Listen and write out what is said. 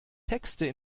texte